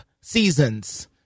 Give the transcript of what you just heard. seasons